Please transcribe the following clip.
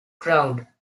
crowd